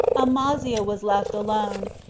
amaziah was left alone,